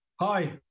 Hi